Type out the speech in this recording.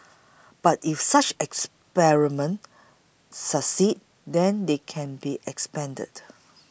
but if such experiments succeed then they can be expanded